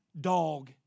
dog